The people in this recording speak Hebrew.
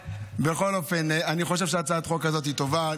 בכל אופן, אני חושב שהצעת החוק הזאת היא טובה.